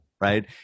right